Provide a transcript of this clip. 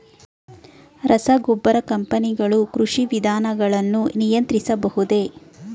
ರಸಗೊಬ್ಬರ ಕಂಪನಿಗಳು ಕೃಷಿ ವಿಧಾನಗಳನ್ನು ನಿಯಂತ್ರಿಸಬಹುದೇ?